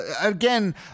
again